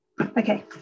Okay